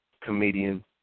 comedian